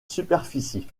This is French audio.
superficie